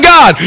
God